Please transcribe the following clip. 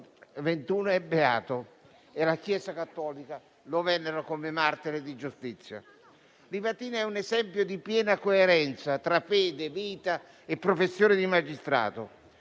2021 è beato. La Chiesa cattolica lo venera come martire di giustizia. Livatino è un esempio di piena coerenza tra fede, vita e professione di magistrato.